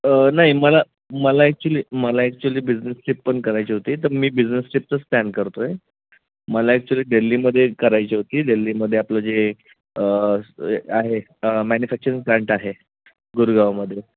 नाही मला मला ॲक्च्युली मला ॲक्चुली बिझनेस ट्रिप पण करायची होती तर मी बिझनेस ट्रिपचंच प्लॅन करतो आहे मला ॲक्च्युली दिल्लीमध्ये करायची होती दिल्लीमध्ये आपलं जे आहे मॅन्युफॅक्चरिंग प्लांट आहे गुरगावामध्ये